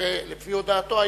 לפי הודעתו,